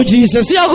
Jesus